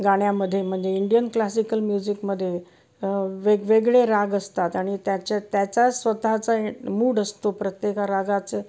गाण्यामध्ये म्हणजे Indian classical म्युझिकमध्ये वेगवेगळे राग असतात आणि त्याच्या त्याचा स्वतःचा मूड असतो प्रत्येक रागाचं